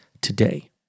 today